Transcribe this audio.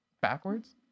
backwards